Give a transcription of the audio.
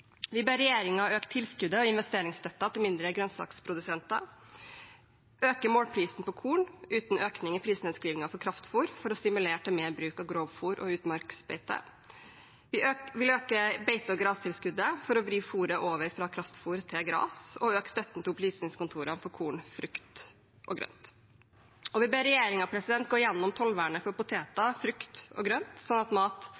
Vi ber regjeringen øke tilskuddet og investeringsstøtten til mindre grønnsaksprodusenter, øke målprisen på korn uten økning i prisnedskrivningen på kraftfôr for å stimulere til mer bruk av grovfôr og utmarksbeite. Vi vil øke beite- og grastilskuddet for å vri fôret over fra kraftfôr til gras og øke støtten til opplysningskontorene for korn, frukt og grønt. Vi ber regjeringen gå gjennom tollvernet for poteter, frukt og grønt, slik at mat